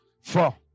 four